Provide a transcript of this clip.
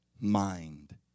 mind